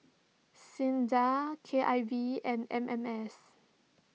Sinda K I V and M M S